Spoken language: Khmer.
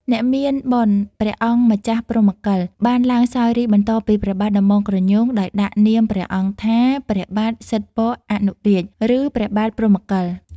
អ្នកមានបុណ្យ ព្រះអង្គម្ចាស់ព្រហ្មកិល បានឡើងសោយរាជ្យបន្តពីព្រះបាទដំបងក្រញូង ដោយដាក់នាមព្រះអង្គថាព្រះបាទសិទ្ធពអនុរាជ ឬព្រះបាទព្រហ្មកិល។